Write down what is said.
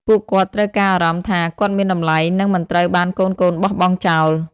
ពួកគាត់ត្រូវការអារម្មណ៍ថា គាត់មានតម្លៃ និងមិនត្រូវបានកូនៗបោះបង់ចោល។